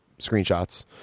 screenshots